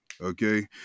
Okay